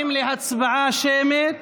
להצבעה שמית